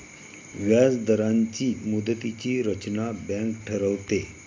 व्याजदरांची मुदतीची रचना बँक ठरवते